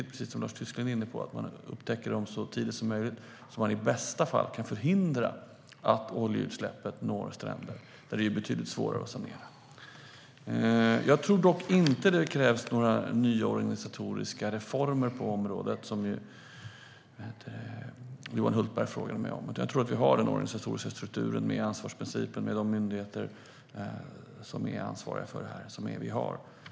Precis som Lars Tysklind var inne på är det viktigt att man upptäcker oljeutsläpp så tidigt som möjligt så att man i bästa fall kan förhindra att oljan når stränderna där det är betydligt svårare att sanera. Jag tror dock inte att det krävs några nya organisatoriska reformer på området, som Johan Hultberg frågade mig om. Vi har en organisatorisk struktur med ansvarsfördelning mellan berörda myndigheter.